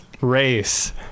Race